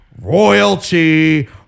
royalty